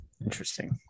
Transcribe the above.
interesting